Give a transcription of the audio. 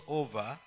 over